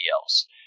else